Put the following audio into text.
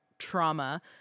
Trauma